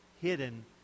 hidden